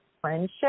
friendship